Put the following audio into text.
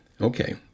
okay